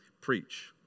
preach